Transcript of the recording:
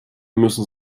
müssen